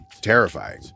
terrifying